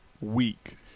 week